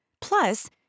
Plus